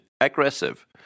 aggressive